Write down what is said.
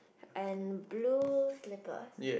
and blue slippers